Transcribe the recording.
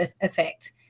effect